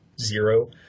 zero